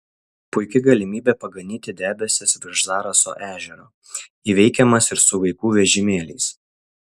puiki galimybė paganyti debesis virš zaraso ežero įveikiamas ir su vaikų vežimėliais